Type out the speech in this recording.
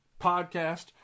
podcast